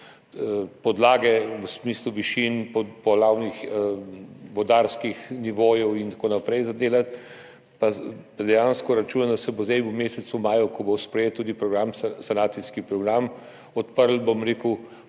podlage v smislu višin, poplavnih vodnih nivojev in tako naprej. Dejansko računam, da se bo zdaj v mesecu maju, ko bo sprejet tudi sanacijski program, odprl paket